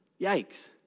Yikes